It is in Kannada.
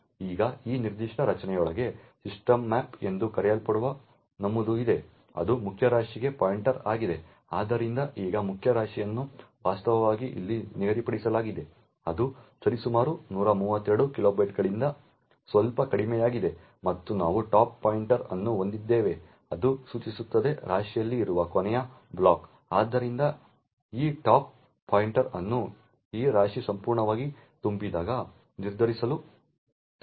ಈಗ ಈ ನಿರ್ದಿಷ್ಟ ರಚನೆಯೊಳಗೆ ಸಿಸ್ಟಮ್ ಮ್ಯಾಪ್ ಎಂದು ಕರೆಯಲ್ಪಡುವ ನಮೂದು ಇದೆ ಅದು ಮುಖ್ಯ ರಾಶಿಗೆ ಪಾಯಿಂಟರ್ ಆಗಿದೆ ಆದ್ದರಿಂದ ಈಗ ಮುಖ್ಯ ರಾಶಿಯನ್ನು ವಾಸ್ತವವಾಗಿ ಇಲ್ಲಿ ನಿಗದಿಪಡಿಸಲಾಗಿದೆ ಅದು ಸರಿಸುಮಾರು 132 ಕಿಲೋಬೈಟ್ಗಳಿಗಿಂತ ಸ್ವಲ್ಪ ಕಡಿಮೆಯಾಗಿದೆ ಮತ್ತು ನಾವು ಟಾಪ್ ಪಾಯಿಂಟರ್ ಅನ್ನು ಹೊಂದಿದ್ದೇವೆ ಅದು ಸೂಚಿಸುತ್ತದೆ ರಾಶಿಯಲ್ಲಿ ಇರುವ ಕೊನೆಯ ಬ್ಲಾಕ್ ಆದ್ದರಿಂದ ಈ ಟಾಪ್ ಪಾಯಿಂಟರ್ ಅನ್ನು ಈ ರಾಶಿ ಸಂಪೂರ್ಣವಾಗಿ ತುಂಬಿದಾಗ ನಿರ್ಧರಿಸಲು ಬಳಸಬಹುದು